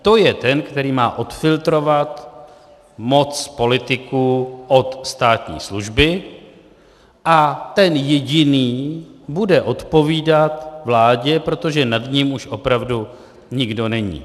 To je ten, který má odfiltrovat moc politiků od státní služby, a ten jediný bude odpovídat vládě, protože nad ním už opravdu nikdo není.